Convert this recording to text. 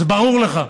זה ברור לך,